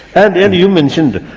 and then you mentioned,